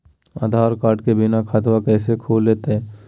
आधार card के बिना खाताबा कैसे खुल तय?